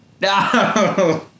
No